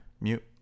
Mute